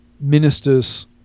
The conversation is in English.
ministers